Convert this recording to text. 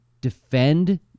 defend